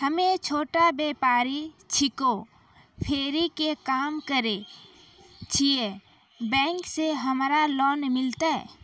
हम्मे छोटा व्यपारी छिकौं, फेरी के काम करे छियै, बैंक से हमरा लोन मिलतै?